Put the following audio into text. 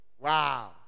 Wow